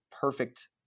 perfect